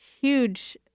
huge